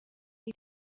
iyi